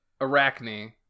Arachne